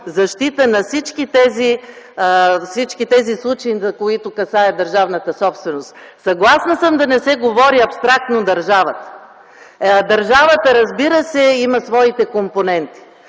защита на всички тези случаи, които касае държавната собственост. Съгласна съм да не се говори абстрактно в държавата, а държавата, разбира се, има своите компоненти,